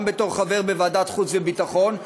גם בתור חבר בוועדת חוץ וביטחון,